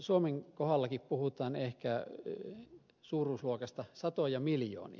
suomen kohdallakin puhutaan ehkä suuruusluokasta satoja miljoonia